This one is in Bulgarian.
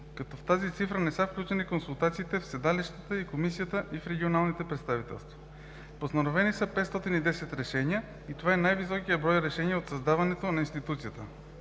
като в тази цифра не са включени консултациите в седалището на Комисията и в регионалните представителства. Постановени са 510 решения и това е най-високият брой решения от създаването на институцията.